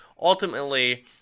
ultimately